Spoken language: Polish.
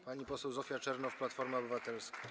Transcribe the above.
Pani poseł Zofia Czernow, Platforma Obywatelska.